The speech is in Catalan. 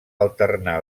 alternar